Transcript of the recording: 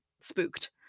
spooked